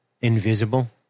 invisible